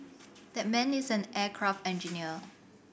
that man is an aircraft engineer